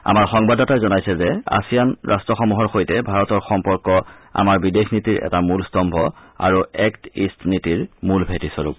আমাৰ সংবাদদাতাই জনাইছে যে আছিয়ান ৰাট্টসমূহৰ সৈতে ভাৰতৰ সম্পৰ্ক আমাৰ বিদেশ নীতিৰ এটা মূল স্তম্ভ আৰু এক্ট ইষ্ট নীতিৰ মূল ভেটিস্বৰূপ